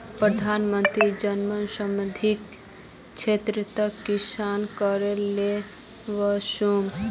प्रधानमंत्री योजना सामाजिक क्षेत्र तक कुंसम करे ले वसुम?